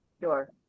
Sure